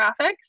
graphics